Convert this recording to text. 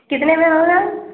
کتنے میں ہوگا